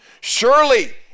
Surely